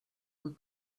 and